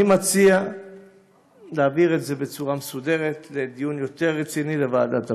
אני מציע להעביר את זה בצורה מסודרת לדיון יותר רציני בוועדת הפנים.